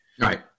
Right